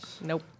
Nope